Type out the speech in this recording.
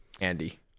Andy